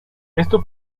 esto